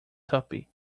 tuppy